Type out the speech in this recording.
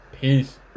Peace